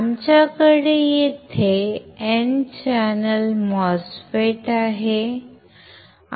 आमच्याकडे येथे N channel MOSFET आहे